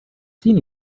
seen